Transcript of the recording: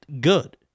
good